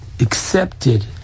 accepted